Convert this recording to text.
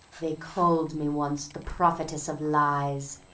they called me once, the prophetess of lies,